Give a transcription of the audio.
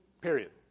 Period